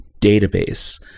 database